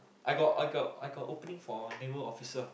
I got I got I got opening for naval officer